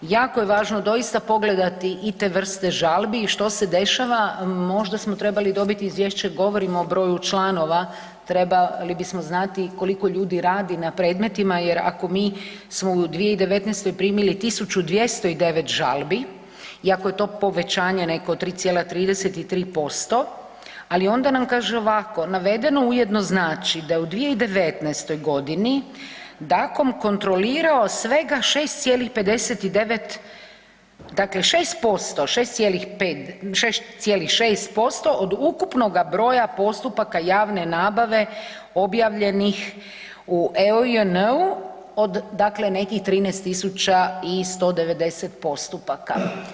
Jako je važno doista pogledati i te vrste žalbi i što se dešava, možda smo trebali dobiti izvješće govorimo o broju članova trebali bismo znati koliko ljudi radi na predmetima jer ako mi smo u 2019. primili 1.209 žalbi i ako je to povećanje neko od 3,33%, ali onda nam kaže ovako navedeno ujedno znači da u 2019. godini …/nerazumljivo/… kontrolirao svega 6,59% dakle 6%, 6,5, 6,6% od ukupnoga broja postupaka javne nabave objavljenih u …/nerazumljivo/… od dakle nekih 13.190 postupaka.